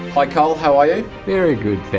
hi colin, how are you? very good,